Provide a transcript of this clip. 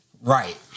Right